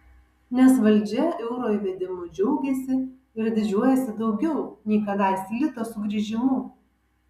nes valdžia euro įvedimu džiaugiasi ir didžiuojasi daugiau nei kadais lito sugrįžimu